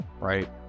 right